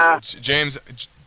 James